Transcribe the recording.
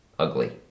Ugly